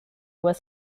was